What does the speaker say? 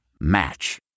Match